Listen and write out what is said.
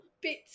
bits